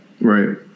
Right